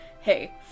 hey